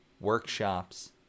workshops